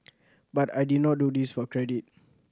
but I did not do this for credit